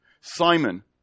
Simon